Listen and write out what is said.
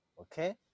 okay